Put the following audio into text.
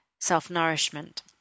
self-nourishment